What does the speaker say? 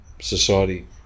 society